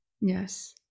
Yes